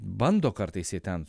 bando kartais jie ten